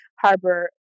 harbor